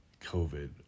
COVID